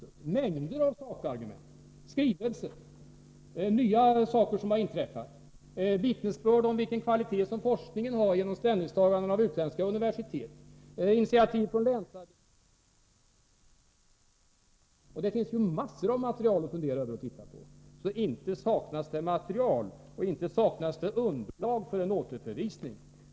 Vi har fått en mängd sakargument och skrivelser. Nya saker har inträffat, vi har fått vittnesbörd om vilken kvalitet forskningen har genom ställningstaganden av utländska universitet. Initiativ har tagits från länsarbetsnämnden i Malmö, osv. Det finns en mängd material att fundera över och titta på. Det saknas således inte material, och det saknas inte underlag för en återförvisning.